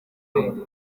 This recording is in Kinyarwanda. ndoto